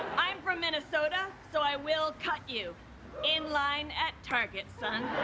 i'm from minnesota, so i will cut you in line at target, son.